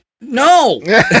No